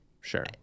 Sure